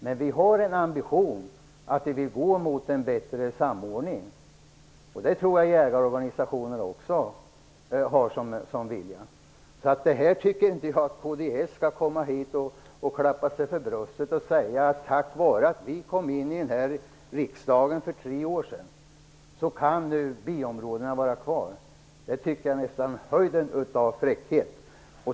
Men vi har en ambition att få en bättre samordning. Det tror jag att jägarorganisationerna också vill. Jag tycker inte att kds:are skall slå sig för bröstet och säga att tack vare att vi kom in i riksdagen för tre år sedan kan B-områdena finnas kvar. Det tycker jag var nästan höjden av fräckhet.